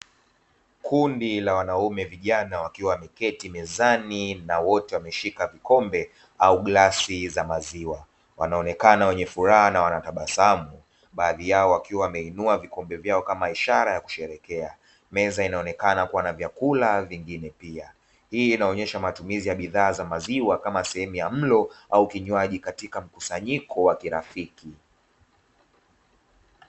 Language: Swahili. Kundi la wanaume vijana wakiwa wameketi mezani na wote wameshika vikombe au glasi za maziwa, wanaonekana wenye furaha na wanatabasamu baadhi yao wakiwa wameinua vikombe vyao kama ishara ya kusherehekea. Meza inaonekana kuwa na vyakula vingine pia, hii inaonyesha matumizi ya bidhaa za maziwa kama sehemu ya mlo au kinywaji katika mkusanyiko wa kirafiki.